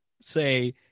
say